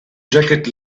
jacket